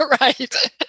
Right